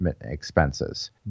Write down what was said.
expenses